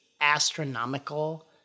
astronomical